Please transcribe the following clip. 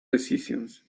decisions